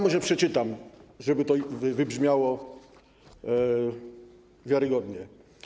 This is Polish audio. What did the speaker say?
Może przeczytam to, żeby to wybrzmiało wiarygodnie.